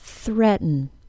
Threaten